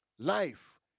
Life